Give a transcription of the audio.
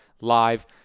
live